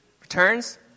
returns